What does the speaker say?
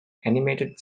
animated